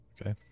Okay